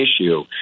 issue